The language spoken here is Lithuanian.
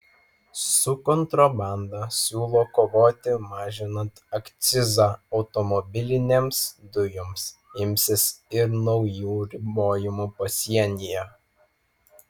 su kontrabanda siūlo kovoti mažinant akcizą automobilinėms dujoms imsis ir naujų ribojimų pasienyje